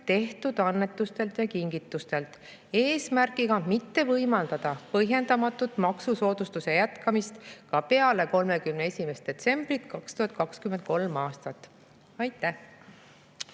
tehtud annetustelt ja kingitustelt, eesmärgiga mitte võimaldada põhjendamatut maksusoodustuse jätkamist ka peale 31. detsembrit 2023. aastal. Aitäh!